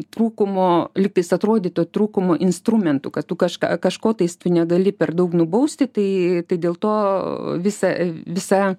trūkumo lygtais atrodytų trūkumo instrumentų kad tu kažką kažko tais tu negali per daug nubausti tai tai dėl to visa visa